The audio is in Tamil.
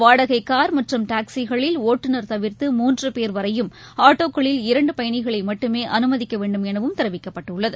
வாடகைனர் மற்றும் டாக்சிகளில் ஒட்டுநர் தவிர்த்து மூன்றுபேர் வரையும் ஆட்டோகளில் இரண்டுபயணிகளைமட்டுமே அனுமதிக்கவேண்டும் எனவும் தெரிவிக்கப்பட்டுள்ளது